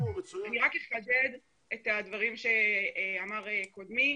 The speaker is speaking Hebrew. אני רק אחדד את הדברים שאמר קודמי,